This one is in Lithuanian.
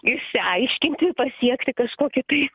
išsiaiškinti pasiekti kažkokį tai